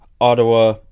Ottawa